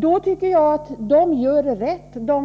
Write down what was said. Då tycker jag att de